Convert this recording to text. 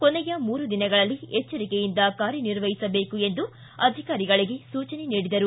ಕೊನೆಯ ಮೂರು ದಿನಗಳಲ್ಲಿ ಎಚ್ಚರಿಕೆಯಿಂದ ಕಾರ್ಯನಿರ್ವಹಿಸಬೇಕು ಎಂದು ಅಧಿಕಾರಿಗಳಿಗೆ ಸೂಚನೆ ನೀಡಿದರು